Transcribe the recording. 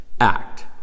act